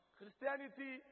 Christianity